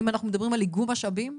אם אנחנו מדברים על איגום משאבים?